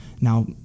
Now